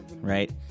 right